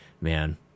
man